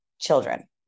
children